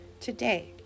today